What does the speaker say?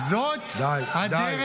--- די, די.